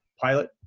pilot